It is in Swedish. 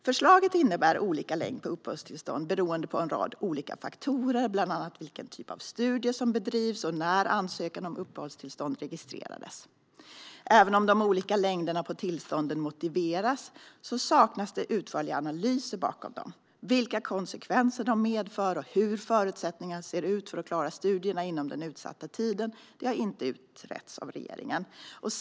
Förslaget innebär olika längd på uppehållstillstånd beroende på en rad olika faktorer, bland annat vilken typ av studier som bedrivs och när ansökan om uppehållstillstånd registrerades. Även om de olika längderna på tillstånden motiveras saknas det utförliga analyser av dem. Vilka konsekvenser de medför och hur förutsättningarna ser ut för att klara studierna inom den utsatta tiden har inte utretts av regeringen.